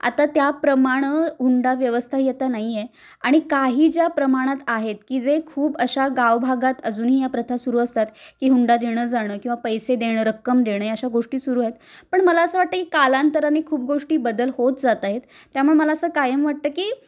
आता त्याप्रमाणं हुंडा व्यवस्थाही आता नाही आहे आणि काही ज्या प्रमाणात आहेत की जे खूप अशा गावभागात अजूनही या प्रथा सुरू असतात की हुंडा देणं जाणं किंवा पैसे देणं रक्कम देणं अशा गोष्टी सुरू आहेत पण मला असं वाटतं की कालांतराने खूप गोष्टी बदल होत जात आहेत त्यामुळे मला असं कायम वाटतं की